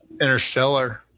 interstellar